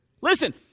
Listen